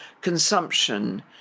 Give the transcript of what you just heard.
consumption